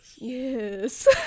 yes